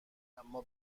اما